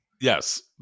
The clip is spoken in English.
Yes